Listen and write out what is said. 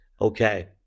Okay